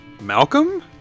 Malcolm